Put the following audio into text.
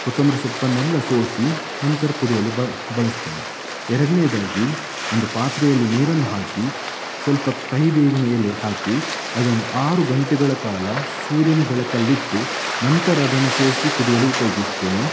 ಕೊತ್ತಂಬರಿ ಸೊಪ್ಪನ್ನೆಲ್ಲ ಸೋಸಿ ನಂತರ ಕುಡಿಯಲು ಬಳಸ್ತೇನೆ ಎರಡನೇದಾಗಿ ಒಂದು ಪಾತ್ರೆಯಲ್ಲಿ ನೀರನ್ನು ಹಾಕಿ ಸ್ವಲ್ಪ ಕಹಿ ಬೇವಿನ ಎಲೆ ಹಾಕಿ ಅದನ್ನು ಆರು ಗಂಟೆಗಳ ಕಾಲ ಸೂರ್ಯನ ಬೆಳಕಲ್ಲಿಟ್ಟು ನಂತರ ಅದನ್ನು ಸೋಸಿ ಕುಡಿಯಲು ಉಪಯೋಗಿಸ್ತೇನೆ